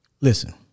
Listen